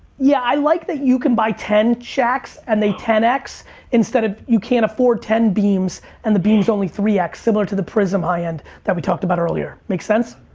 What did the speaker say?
yeah i like that you can buy ten shaqs and they ten x instead of you can't afford ten beams and the beams only three x, similar to the prizm high end that we talked about earlier, make sense?